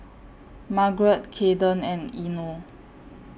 Margaret Kayden and Eino